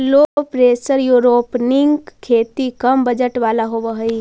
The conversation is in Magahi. लो प्रेशर एयरोपोनिक खेती कम बजट वाला होव हई